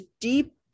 deep